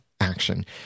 action